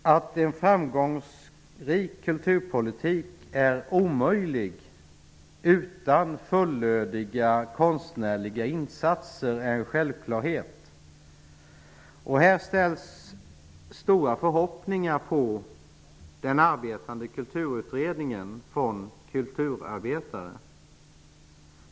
Att en framgångsrik kulturpolitik är omöjlig utan fullödiga konstnärliga insatser är en självklarhet. Här ställer kulturarbetare stora förhoppningar på den arbetande Kulturutredningen.